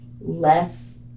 less